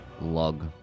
log